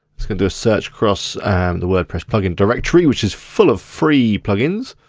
it's gonna do a search across the wordpress plugin directory which is full of free plugins.